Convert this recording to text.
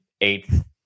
eighth